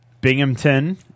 binghamton